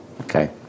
Okay